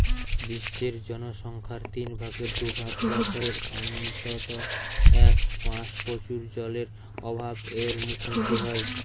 বিশ্বের জনসংখ্যার তিন ভাগের দু ভাগ বছরের অন্তত এক মাস প্রচুর জলের অভাব এর মুখোমুখী হয়